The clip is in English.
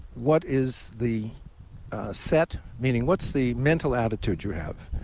what is the set? meaning, what's the mental attitude you have?